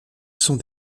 sont